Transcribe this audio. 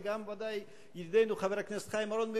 וגם ודאי ידידנו חבר הכנסת חיים אורון,